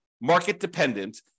market-dependent